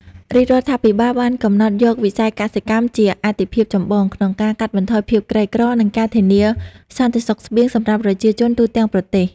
រាជរដ្ឋាភិបាលបានកំណត់យកវិស័យកសិកម្មជាអាទិភាពចម្បង ក្នុងការកាត់បន្ថយភាពក្រីក្រ និងការធានាសន្តិសុខស្បៀងសម្រាប់ប្រជាជនទូទាំងប្រទេស។